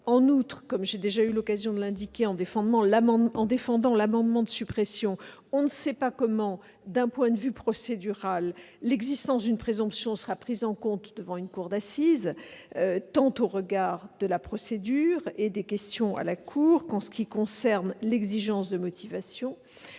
En outre, comme j'ai déjà eu l'occasion de l'indiquer en défendant l'amendement de suppression, on ne sait pas comment, d'un point de vue procédural, l'existence d'une présomption sera prise en compte devant une cour d'assises, tant au regard de la procédure et des questions à la cour qu'en ce qui concerne l'exigence de motivation.